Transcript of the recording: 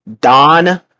Don